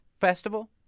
festival